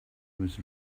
was